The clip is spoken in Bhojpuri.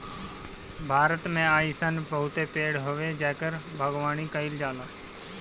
भारत में अइसन बहुते पेड़ हवे जेकर बागवानी कईल जाला